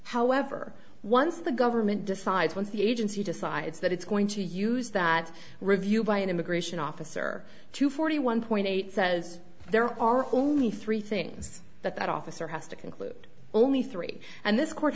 however once the government decides once the agency decides that it's going to use that review by an immigration officer to forty one point eight says there are only three things that officer has to conclude only three and this court